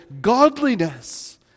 godliness